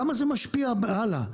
כמה זה משפיע הלאה?